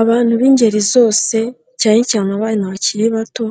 Abantu b'ingeri zose, cyane cyane abana bakiri bato,